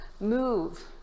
move